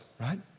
right